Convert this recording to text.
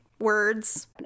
words